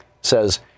says